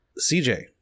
CJ